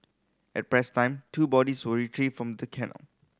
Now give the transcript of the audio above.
at press time two bodies were retrieved from the canal